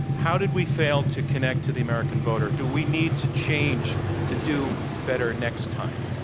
how did we fail to connect to the american voter? do we need to change to do better next time?